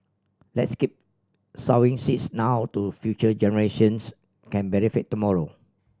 let's keep sowing seeds now to future generations can benefit tomorrow